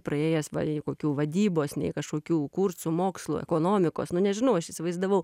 praėjęs va kokių vadybos nei kažkokių kursų mokslų ekonomikos nu nežinau aš įsivaizdavau